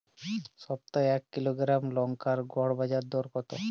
সপ্তাহে এক কিলোগ্রাম লঙ্কার গড় বাজার দর কতো?